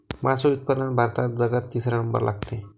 मासोळी उत्पादनात भारताचा जगात तिसरा नंबर लागते